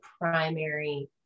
primary